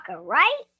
right